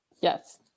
Yes